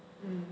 mm